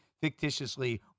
fictitiously